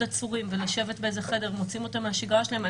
עצורים ולשבת באיזה חדר ומוציאים אותם מן השגרה שלהם.